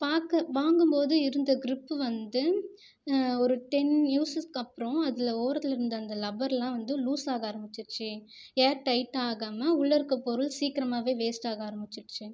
பார்க்க வாங்கும்போது இருந்த க்ரிப்பு வந்து ஒரு டென் யூஸஸ்க்கப்றம் அதில் ஓரத்தில் இருந்த அந்த லப்பர்லாம் வந்து லூஸ் ஆக ஆரம்பிச்சிடுச்சி ஏர் டைட் ஆகாமல் உள்ளே இருக்க பொருள் சீக்கிரமாகவே வேஸ்ட் ஆக ஆரம்பிச்சிடுச்சு